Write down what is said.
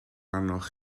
arnoch